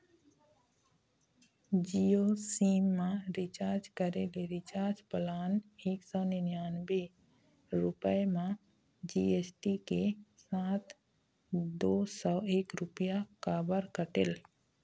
Jio sim मा recharge करे ले रिचार्ज प्लान एक सौ निन्यानबे रुपए मा जी.एस.टी के साथ दो सौ एक रुपया काबर कटेल?